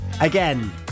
Again